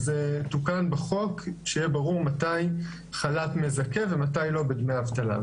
זה תוקן בחוק שיהיה ברור מתי חל"ת מזכה ומתי לא בדמי אבטלה.